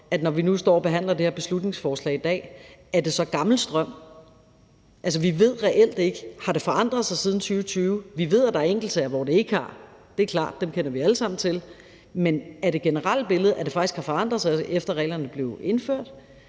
når vi nu står og behandler det her beslutningsforslag i dag, om det så er gammel strøm. Vi ved reelt ikke, om det har forandret sig siden 2020. Vi ved, at der er enkeltsager, hvor det ikke har. Det er klart, dem kender vi alle sammen til. Men er det generelle billede, at det faktisk har forandret sig, efter at reglerne blev indført?